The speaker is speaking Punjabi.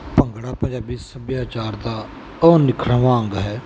ਭੰਗੜਾ ਪੰਜਾਬੀ ਸੱਭਿਆਚਾਰ ਦਾ ਅਨਿਖੜਵਾਂ ਅੰਗ ਹੈ